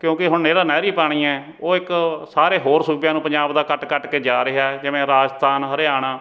ਕਿਉਂਕਿ ਹੁਣ ਇਹਦਾ ਨਹਿਰੀ ਪਾਣੀ ਹੈ ਉਹ ਇੱਕ ਸਾਰੇ ਹੋਰ ਸੂਬਿਆਂ ਨੂੰ ਪੰਜਾਬ ਦਾ ਕੱਟ ਕੱਟ ਕੇ ਜਾ ਰਿਹਾ ਜਿਵੇਂ ਰਾਜਸਥਾਨ ਹਰਿਆਣਾ